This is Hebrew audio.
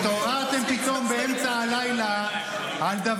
התעוררתם פתאום באמצע הלילה -- אם כבר אתם מדברים על תלמוד,